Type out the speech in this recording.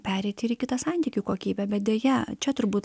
pereiti ir į kitą santykių kokybę bet deja čia turbūt